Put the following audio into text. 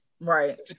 Right